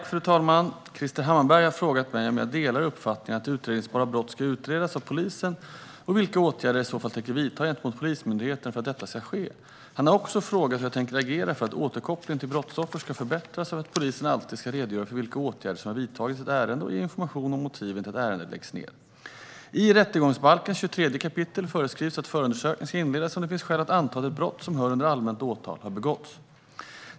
Fru talman! Krister Hammarbergh har frågat mig om jag delar uppfattningen att utredningsbara brott ska utredas av polisen och vilka åtgärder jag i så fall tänker vidta gentemot Polismyndigheten för att detta ska ske. Han har också frågat hur jag tänker agera för att återkopplingen till brottsoffer ska förbättras och för att polisen alltid ska redogöra för vilka åtgärder som har vidtagits i ett ärende och ge information om motiven till att ett ärende läggs ned. I rättegångsbalkens 23 kapitel föreskrivs att förundersökning ska inledas om det finns skäl att anta att ett brott som lyder under allmänt åtal har begåtts.